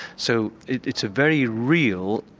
so it's a very real